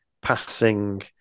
passing